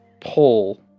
Pull